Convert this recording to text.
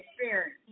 experience